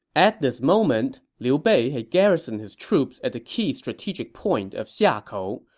at this moment, liu bei had garrisoned his troops at the key strategic point of xiakou,